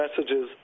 messages